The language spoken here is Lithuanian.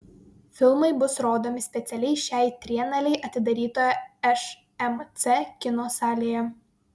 filmai bus rodomi specialiai šiai trienalei atidarytoje šmc kino salėje